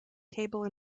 table